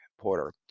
Porter